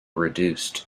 reduced